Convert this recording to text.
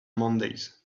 mondays